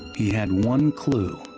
he had one clue.